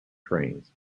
trains